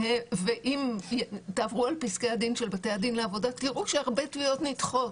אם תעברו על פסקי הדין של בתי הדין לעבודה תראו שהרבה תביעות נדחות.